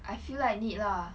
I feel like need lah